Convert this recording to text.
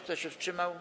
Kto się wstrzymał?